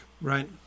right